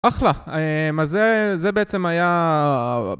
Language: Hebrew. אחלה. אמ... אז זה, זה בעצם היה...